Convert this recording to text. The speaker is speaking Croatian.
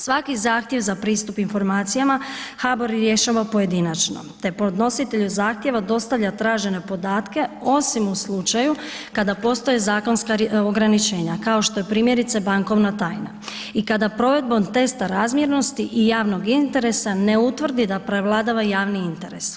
Svaki zahtjev za pristup informacijama, HBOR rješava pojedinačno te podnositelju zahtjeva dostavlja tražene podatke osim u slučaju kada postoje zakonska ograničenja, kao što je primjerice, bankovna tajna i kada provedbom testa razmjernosti i javnog interesa ne utvrdi da prevladava javni interes.